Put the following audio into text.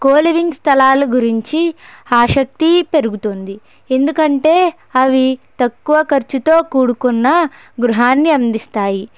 coliving స్థలాల గురించి ఆసక్తి పెరుగుతుంది ఎందుకంటే అవి తక్కువ ఖర్చుతో కూడుకున్న గృహాన్ని అందిస్తాయి